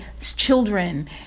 children